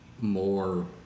more